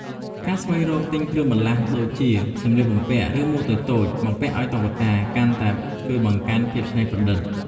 ការស្វែងរកទិញគ្រឿងបន្លាស់ដូចជា សម្លៀកបំពាក់ ឬមួកតូចៗមកពាក់ឱ្យតុក្កតា កាន់តែជួយបង្កើនភាពច្នៃប្រឌិត។